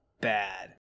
bad